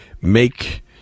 make